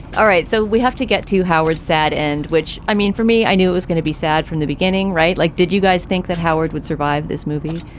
all right. so we have to get to howard said, and which i mean, for me. i knew it was gonna be sad from the beginning. right. like, did you guys think that howard would survive this movie?